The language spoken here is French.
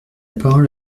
parole